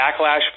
backlash